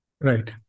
right